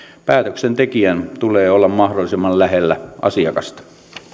päätöksentekijän tulee olla mahdollisimman lähellä asiakasta